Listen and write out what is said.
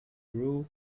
rule